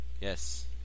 yes